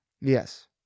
Yes